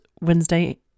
Wednesday